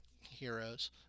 heroes